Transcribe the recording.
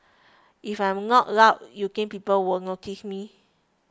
if I am not loud you think people will notice me